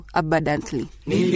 abundantly